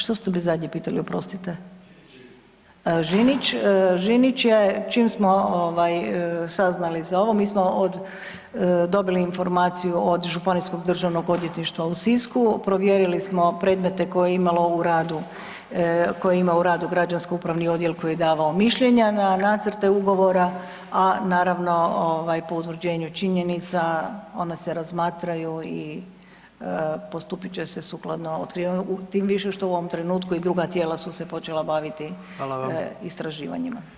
Što ste me zadnje pitali oprostite? … [[Upadica se ne razumije.]] Žinić, Žinić je čim smo saznali za ovo mi smo dobili informaciju od Županijskog državnog odvjetništva u Sisku, provjerili smo predmete koje ima u radu Građansko upravni odjel koji je davao mišljenja na nacrte ugovora, a naravno po utvrđenju činjenica ona se razmatraju i postupit će se sukladno, tim više što u ovom trenutku i druga tijela su se počela baviti istraživanjima.